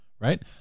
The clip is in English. Right